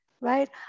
right